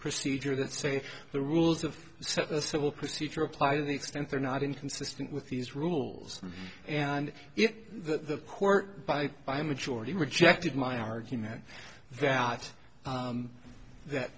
procedure that say the rules of service civil procedure apply to the extent they're not inconsistent with these rules and the court by by majority rejected my argument that that